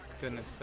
Goodness